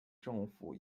政府